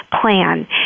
plan